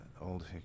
Old